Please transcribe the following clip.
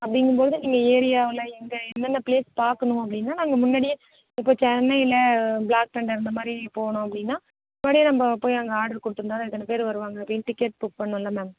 அப்படிங்கும்போது நீங்கள் ஏரியாவில் எங்கே என்னென்ன ப்ளேஸ் பார்க்கணும் அப்படினா அங்கே முன்னாடியே இப்போ சென்னையில் ப்ளேக்தெண்டர் அந்த மாதிரி போகணும் அப்படினா முன்னாடியே நம்ம போய் அங்கே ஆர்டர் கொடுத்தாதான் இத்தனை பேரு வருவாங்கனு டிக்கெட் புக் பண்ணனும்லை மேம்